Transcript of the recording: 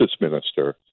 minister